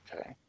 Okay